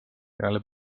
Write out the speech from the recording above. peale